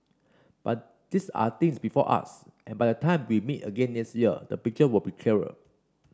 but these are things before us and by the time we meet again next year the picture will be clearer